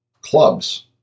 clubs